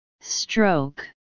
stroke